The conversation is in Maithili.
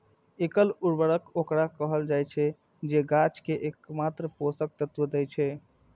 एकल उर्वरक ओकरा कहल जाइ छै, जे गाछ कें एकमात्र पोषक तत्व दै छै